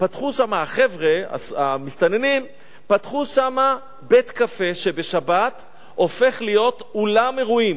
פתחו שם החבר'ה המסתננים בית-קפה שבשבת הופך להיות אולם אירועים.